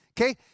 okay